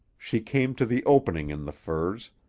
she came to the opening in the firs,